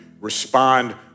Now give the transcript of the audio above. respond